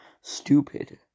stupid